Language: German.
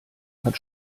hat